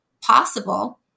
possible